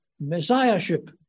messiahship